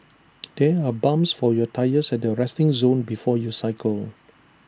there are pumps for your tyres at the resting zone before you cycle